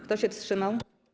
Kto się wstrzymał?